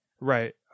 Right